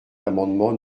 l’amendement